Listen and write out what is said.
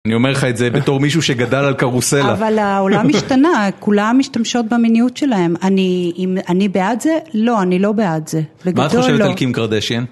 אני אומר לך את זה בתור מישהו שגדל על קרוסלה. אבל העולם השתנה, כולם משתמשות במיניות שלהם. אני בעד זה? לא, אני לא בעד זה. בגדול לא. מה את חושבת על קים קרדשיין?